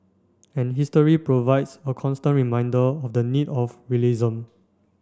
and history provides a constant reminder of the need of realism